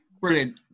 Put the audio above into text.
Brilliant